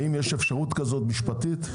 האם יש אפשרות כזו משפטית?